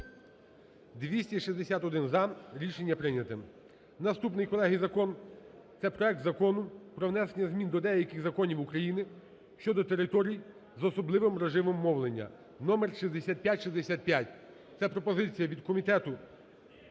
За-261 Рішення прийняте. Наступний, колеги, закон, це проект Закону про внесення змін до деяких законів України щодо територій з особливим режимом мовлення (номер 6565). Це пропозиція від Комітету з